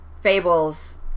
fables